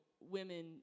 women